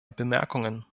bemerkungen